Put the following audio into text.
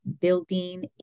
building